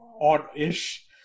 odd-ish